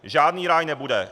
Žádný ráj nebude.